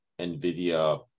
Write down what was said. NVIDIA